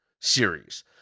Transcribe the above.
series